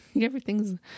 everything's